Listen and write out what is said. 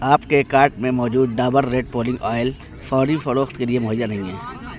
آپ کے کارٹ میں موجود ڈابر ریڈ پولنگ آئل فوری فروخت کے لیے مہیا نہیں ہے